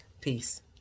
Peace